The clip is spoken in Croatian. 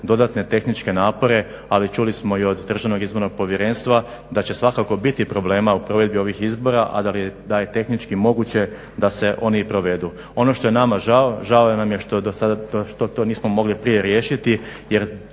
dodatne tehničke napore ali čuli smo i od DIP-a da će svakako biti problema u provedbi ovih izbora a da je tehnički moguće da se oni i provedu. Ono što je nama žao, žao nam je što dosada to nismo mogli prije riješiti jer